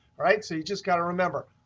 right so you just got to remember,